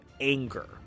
anger